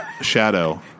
shadow